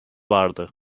vardı